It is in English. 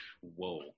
Whoa